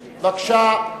בבקשה.